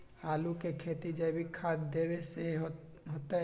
आलु के खेती जैविक खाध देवे से होतई?